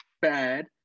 bad